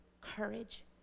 courage